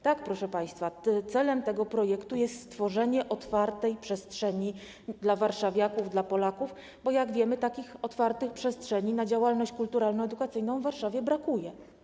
Tak, proszę państwa, celem tego projektu jest stworzenie otwartej przestrzeni dla warszawiaków, dla Polaków, bo jak wiemy, takich otwartych przestrzeni na działalność kulturalno-edukacyjną w Warszawie brakuje.